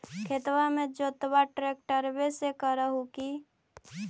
खेत के जोतबा ट्रकटर्बे से कर हू की?